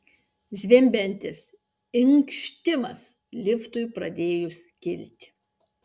zvimbiantis inkštimas liftui pradėjus kilti